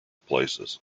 places